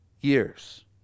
years